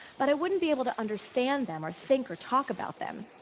but i wouldn't be able to understand them, or think, or talk about them.